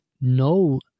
no